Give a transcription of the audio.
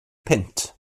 punt